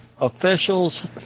officials